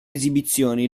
esibizioni